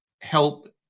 help